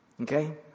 Okay